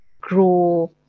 grow